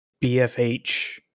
bfh